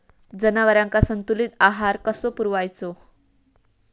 जनावरांका संतुलित आहार कसो पुरवायचो?